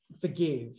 forgive